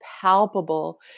Palpable